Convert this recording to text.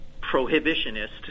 prohibitionist